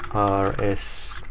r s,